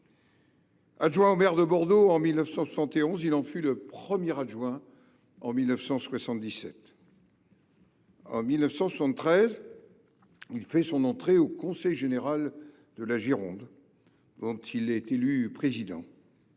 adjoint au maire de Bordeaux en 1971, puis premier adjoint en 1977. En 1973, il fait son entrée au conseil général de la Gironde, dont il est élu président.